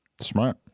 Smart